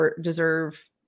deserve